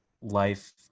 life